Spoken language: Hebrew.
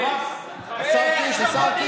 הדוכן.